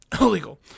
Illegal